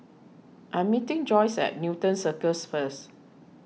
I'm meeting Joyce at Newton Circus first